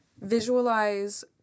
Visualize